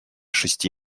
шести